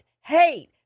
hate